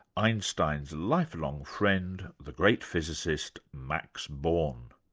einstein's life-long friend, the great physicist max born.